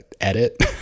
edit